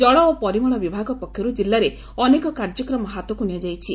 ଜଳ ଓ ପରିମଳ ବିଭାଗ ପକ୍ଷରୁ ଜିଲ୍ଲାରେ ଅନେକ କାଯ୍ୟକ୍ରମ ହାତକୁ ନିଆଯାଇଛି